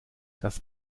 das